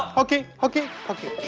hokey hokey pokey.